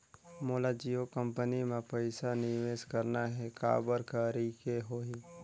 मोला जियो कंपनी मां पइसा निवेश करना हे, काबर करेके होही?